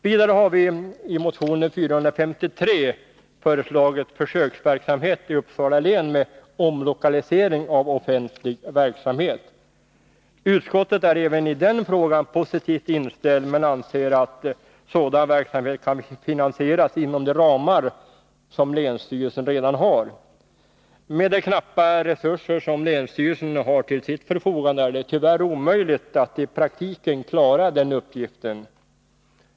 Vidare har vi i motion 453 föreslagit försöksverksamhet i Uppsala län med omlokalisering av offentlig verksamhet. Utskottet är även i den frågan positivt inställt men anser att sådan verksamhet kan finansieras inom de ramar som länsstyrelsen redan har. Med de knappa resurser som står till länsstyrelsens förfogande är det tyvärr omöjligt att i praktiken klara den uppgiften.